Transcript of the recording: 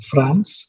France